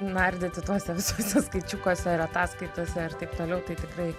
nardyti tuose visuose skaičiukuose ir ataskaitose ir taip toliau tai tikrai